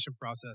process